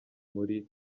muri